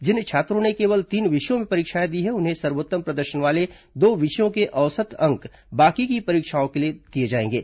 जिन छात्रों ने केवल तीन विषयों में परीक्षाएं दी हैं उन्हें सर्वोत्तम प्रदर्शन वाले दो विषयों के औसत अंक बाकी की परीक्षाओं के लिए दिए जाएंगे